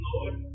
Lord